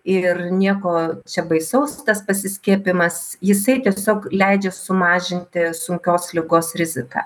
ir nieko čia baisaus tas pasiskiepijimas jisai tiesiog leidžia sumažinti sunkios ligos riziką